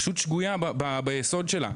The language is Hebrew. פשוט שגויה ביסוד שלה.